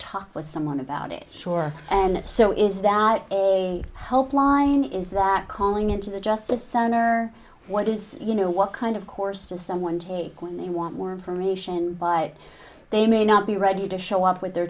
alk with someone about it sure and it so is that a helpline is that calling into the justice center what is you know what kind of course to someone take when they want more information by they may not be ready to show up with their